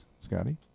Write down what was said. Scotty